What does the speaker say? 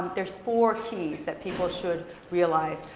there's four keys that people should realize.